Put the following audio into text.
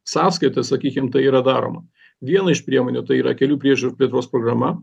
sąskaita sakykim tai yra daroma viena iš priemonių tai yra kelių priežiūro plėtros programa